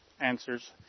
answers